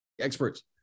experts